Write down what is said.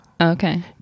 Okay